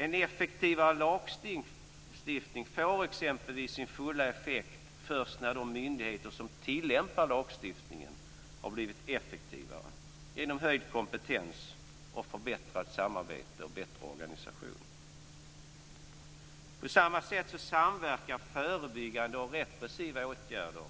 En effektivare lagstiftning får exempelvis sin fulla effekt först när de myndigheter som tillämpar lagstiftningen har blivit effektivare genom höjd kompetens, förbättrat samarbete och bättre organisation. På samma sätt samverkar förebyggande och repressiva åtgärder